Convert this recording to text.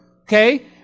okay